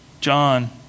John